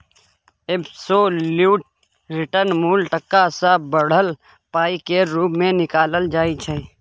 absolute return मुल टका सँ बढ़ल पाइ केर रुप मे निकालल जाइ छै